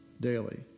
daily